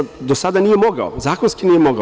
Do sada nije mogao, zakonski nije mogao.